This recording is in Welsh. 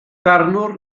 barnwr